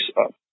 up